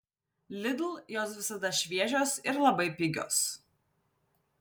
lidl jos visada šviežios ir labai pigios